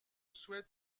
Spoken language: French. souhaite